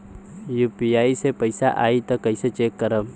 UPI से पैसा आई त कइसे चेक करब?